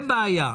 בעיה.